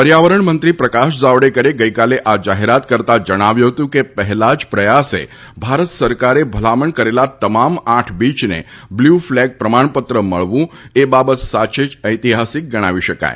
પર્યાવરણ મંત્રી પ્રકાશ જાવડેકરે ગઇકાલે આ જાહેરાત કરતા જણાવ્યું હતું કે પહેલા જ પ્રયાસે ભારત સરકારે ભલામણ કરેલા તમામ આઠ બીયને બ્લુ ફલેગ પ્રમાણપત્ર મળવુ એ બાબત સાચે જ ઐતિહાસીક ગણાવી શકાય